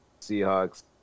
Seahawks